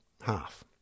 half